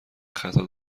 خطا